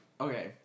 okay